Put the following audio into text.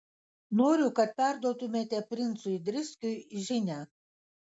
noriu kad perduotumėte princui driskiui žinią